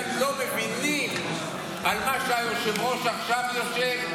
לא מבינים על מה היושב-ראש עכשיו יושב,